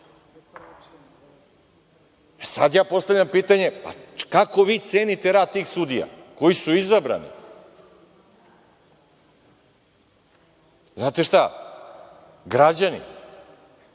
funkciju. Postavljam pitanje, kako vi cenite rad tih sudija koji su izabrani? Znate šta, građani,